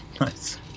nice